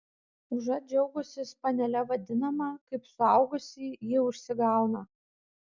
užuot džiaugusis panele vadinama kaip suaugusi ji užsigauna